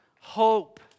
hope